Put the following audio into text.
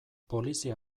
polizia